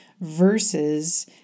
versus